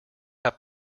have